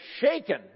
shaken